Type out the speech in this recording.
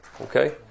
Okay